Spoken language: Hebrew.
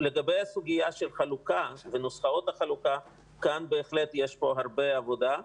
לגבי הסוגיה של החלוקה ונוסחאות החלוקה כאן יש הרבה עבודה,